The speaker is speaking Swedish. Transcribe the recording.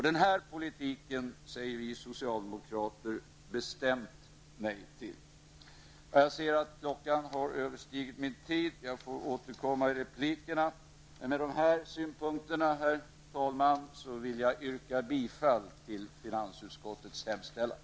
Den här politiken säger vi socialdemokrater bestämt nej till. Jag ser att den angivna taletiden är överskriden, varför jag får återkomma i replikerna. Med dessa synpunkter, herr talman, yrkar jag bifall till finansutskottets hemställan.